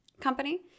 company